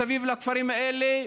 מסביב לכפרים האלה,